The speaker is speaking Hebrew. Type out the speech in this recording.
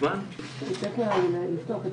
הכללי בישראל בערך פי